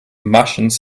martians